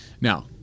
Now